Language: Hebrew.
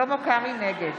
נגד